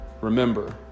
remember